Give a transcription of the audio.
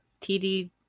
TD